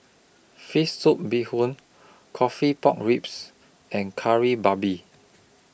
Fish Soup Bee Hoon Coffee Pork Ribs and Kari Babi